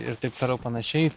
ir taip toliau panašiai